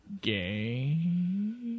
game